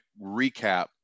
recap